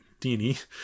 dna